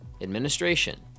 administration